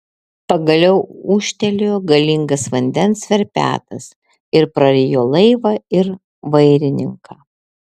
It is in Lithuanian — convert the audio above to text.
pagaliau ūžtelėjo galingas vandens verpetas ir prarijo laivą ir vairininką